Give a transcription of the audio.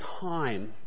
time